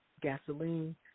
gasoline